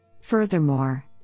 Furthermore